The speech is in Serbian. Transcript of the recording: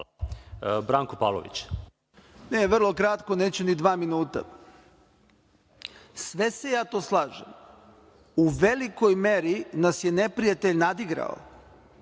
**Branko Pavlović** Vrlo kratko, neću ni dva minuta. Sve se ja to slažem. U velikoj meri nas je neprijatelj nadigrao